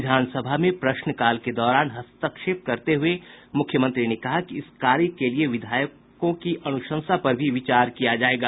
विधानसभा में प्रश्नकाल के दौरान हस्तक्षेप करते हुये मुख्यमंत्री ने कहा कि इस कार्य के लिए विधायकों की अनुशंसा पर भी विचार किया जायेगा